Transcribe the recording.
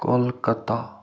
Kolkata